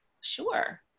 Sure